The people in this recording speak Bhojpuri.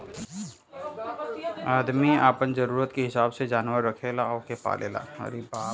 आदमी आपन जरूरत के हिसाब से जानवर रखेला ओके पालेला